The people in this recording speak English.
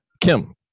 kim